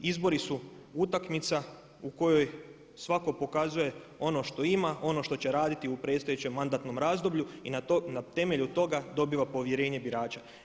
Izbori su utakmica u kojoj svako pokazuje ono što ima, ono što će raditi u predstojećem mandatnom razdoblju i na temelju toga dobiva povjerenje birača.